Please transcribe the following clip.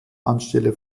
anstelle